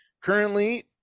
Currently